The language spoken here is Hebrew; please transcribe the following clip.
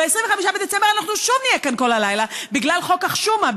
ב-25 בדצמבר אנחנו שוב נהיה כאן כל הלילה בגלל חוק החשומה,